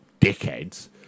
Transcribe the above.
dickheads